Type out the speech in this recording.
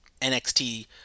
NXT